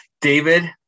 David